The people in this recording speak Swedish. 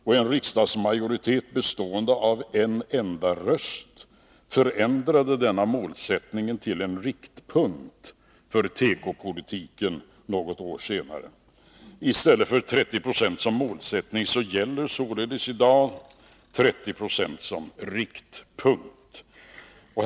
Med en enda rösts övervikt förändrade riksdagen denna målsättning till en riktpunkt för tekopolitiken något år senare. I stället för 30 26 som målsättning gäller således i dag 30 26 som riktpunkt.